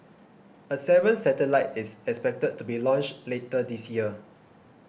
a seventh satellite is expected to be launched later this year